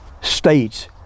states